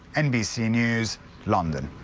nbc news london.